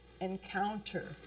encounter